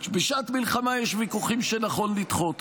בשעת המלחמה יש ויכוחים שנכון לדחות,